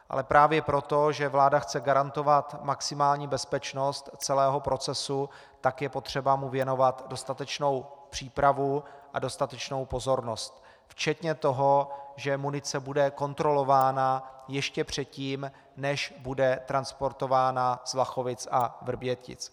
Ale právě proto, že vláda chce garantovat maximální bezpečnost celého procesu, tak je potřeba mu věnovat dostatečnou přípravou a dostatečnou pozornost, včetně toho, že munice bude kontrolována ještě předtím, než bude transportována z Vlachovic a Vrbětic.